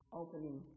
opening